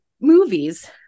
movies